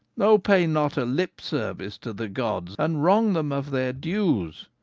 o pay not a lip service to the gods and wrong them of their dues.